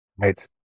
Right